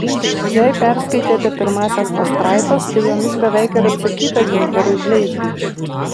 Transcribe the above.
jei perskaitėte pirmąsias pastraipas tai jomis beveik ir atsakyta gintarui bleizgiui